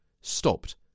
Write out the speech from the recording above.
stopped